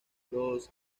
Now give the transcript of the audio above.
los